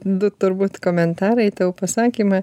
du turbūt komentarai tavo pasakyme